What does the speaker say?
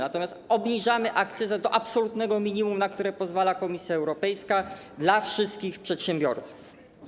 Natomiast obniżamy akcyzę do absolutnego minimum, na które pozwala Komisja Europejska, dla wszystkich przedsiębiorców.